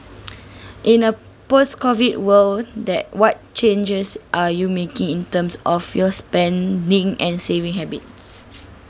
in a post COVID world that what changes are you making in terms of your spending and saving habits